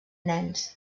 nens